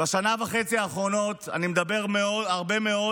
בשנה וחצי האחרונות אני מדבר הרבה מאוד